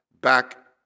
back